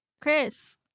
Chris